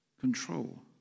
control